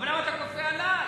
אבל למה אתה כופה עלי?